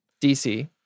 DC